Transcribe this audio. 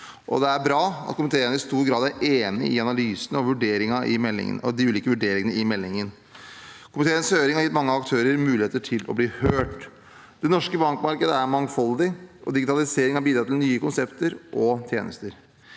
Det er bra at komiteen i stor grad er enig i analysen og de ulike vurderingene i meldingen. Komiteens høring har gitt mange aktører muligheten til å bli hørt. Det norske bankmarkedet er mangfoldig, og digitalisering kan bidra til nye konsepter og tjenester.